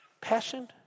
Passion